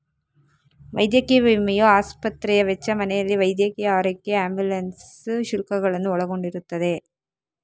ವೈದ್ಯಕೀಯ ವಿಮೆಯು ಆಸ್ಪತ್ರೆ ವೆಚ್ಚ, ಮನೆಯಲ್ಲಿ ವೈದ್ಯಕೀಯ ಆರೈಕೆ ಆಂಬ್ಯುಲೆನ್ಸ್ ಶುಲ್ಕಗಳನ್ನು ಒಳಗೊಂಡಿರುತ್ತದೆ